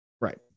right